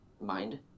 mind